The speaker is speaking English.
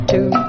Two